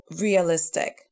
realistic